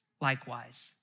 likewise